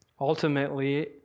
Ultimately